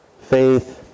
faith